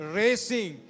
racing